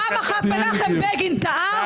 פעם אחת מנחם בגין טעה,